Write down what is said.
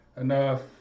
enough